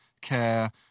care